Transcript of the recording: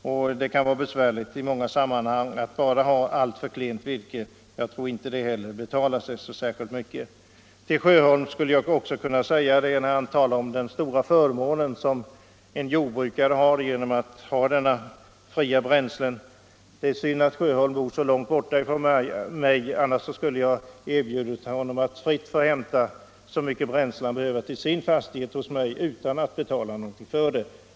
I många fall kan det vara besvärligt om man bara har klent virke, och jag tror inte att det heller betalar sig så särskilt bra. Sedan sade herr Sjöholm att det är en stor förmån för en jordbrukare att ha fritt bränsle. Det är synd att herr Sjöholm bor så långt från mig, annars skulle jag erbjudit honom att fritt få hämta så mycket bränsle han behöver till sin fastighet hos mig utan att betala någonting för det.